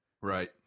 Right